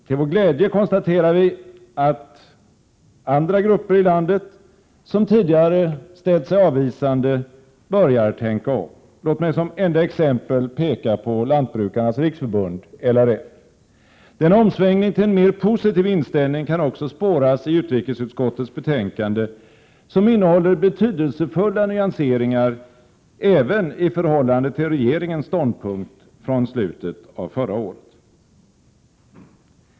Till vår glädje konstaterar vi att andra grupper i landet som tidigare ställt sig avvisande börjar tänka om. Låt mig som enda exempel peka på Lantbrukarnas riksförbund, LRF. Denna omsvängning till en mer positiv inställning kan spåras också i utrikesutskottets betänkanden, som innehåller betydelsefulla nyanseringar även i förhållande till regeringens ståndpunkt från slutet av förra året.